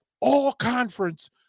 all-conference